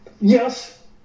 Yes